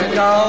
go